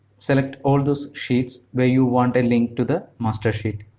select all those sheets, where you want a link to the master sheet.